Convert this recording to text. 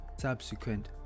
subsequent